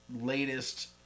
latest